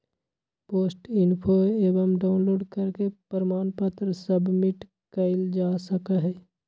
post info app download करके प्रमाण पत्र सबमिट कइल जा सका हई